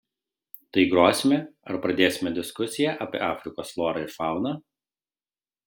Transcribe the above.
tai grosime ar pradėsime diskusiją apie afrikos florą ir fauną